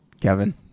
Kevin